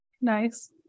Nice